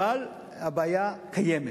אבל הבעיה קיימת.